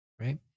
right